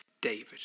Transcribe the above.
David